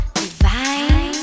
divine